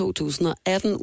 2018